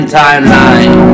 timeline